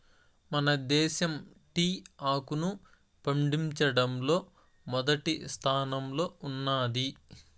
మన దేశం టీ ఆకును పండించడంలో మొదటి స్థానంలో ఉన్నాది